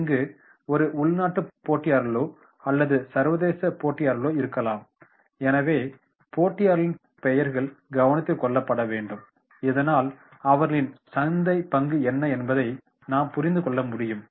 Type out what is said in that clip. இங்கு ஒரு உள்நாட்டு போட்டியாளர்களோ அல்லது சர்வதேச போட்டியாளர்களோ இருக்கலாம் எனவே போட்டியாளர்களின் பெயர்கள் கவனத்தில் கொள்ளப்பட வேண்டும் இதனால் அவர்களின் சந்தை பங்கு என்ன என்பதை நாம் புரிந்து கொள்ள முடியும்